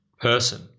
person